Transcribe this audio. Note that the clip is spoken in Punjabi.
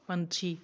ਪੰਛੀ